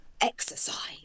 exercise